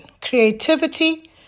creativity